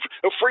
free